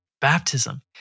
baptism